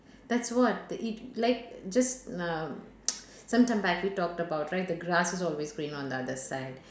that's what it like just uh sometime back we talked about right the grass is always greener on the other side